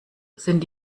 sind